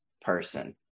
person